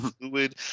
fluid